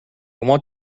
want